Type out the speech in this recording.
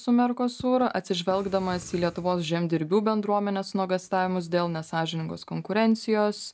su mercosur atsižvelgdamas į lietuvos žemdirbių bendruomenės nuogąstavimus dėl nesąžiningos konkurencijos